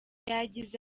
yagize